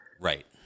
Right